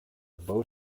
boat